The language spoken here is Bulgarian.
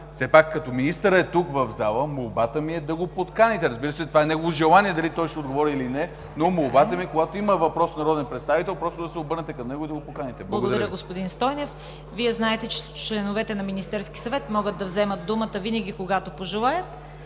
Все пак като министърът е в залата, молбата ми е да го подканите. Разбира се, негово желание е дали той ще отговори, или не, но молбата ми е, когато има въпрос от народен представител, просто да се обърнете към него и да го поканите. Благодаря Ви. ПРЕДСЕДАТЕЛ ЦВЕТА КАРАЯНЧЕВА: Благодаря, господин Стойнев. Вие знаете, че членовете на Министерския съвет могат да вземат думата винаги, когато пожелаят.